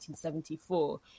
1974